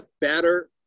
better